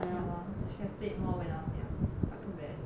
ya lor shifted more when I was young but too bad